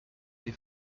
des